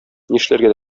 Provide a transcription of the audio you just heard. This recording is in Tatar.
нишләргә